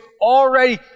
already